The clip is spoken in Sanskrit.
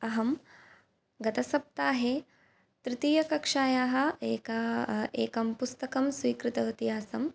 अहं गतसप्ताहे तृतीयकक्षायाः एका एकं पुस्तकं स्वीकृतवती आसम्